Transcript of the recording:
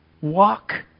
walk